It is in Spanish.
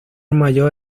mayor